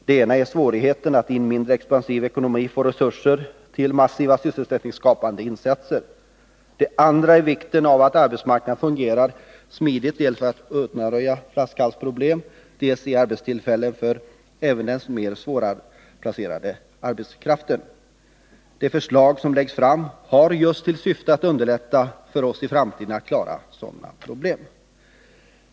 Den ena är svårigheten att i en mindre expansiv ekonomi få resurser till massiva sysselsättningsskapande insatser, den andra är vikten av att arbetsmarknaden fungerar smidigt, dels för att undanröja flaskhalsproblem, dels för att ge arbetstillfällen åt även den mer svårplacerade arbetskraften. De förslag som läggs fram har just till syfte att underlätta för oss i framtiden att klara sådana problem.